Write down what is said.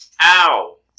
Ow